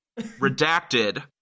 Redacted